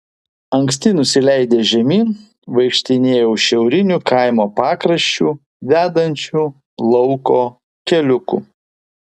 anksti nusileidęs žemyn vaikštinėjau šiauriniu kaimo pakraščiu vedančiu lauko keliuku